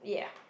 yeah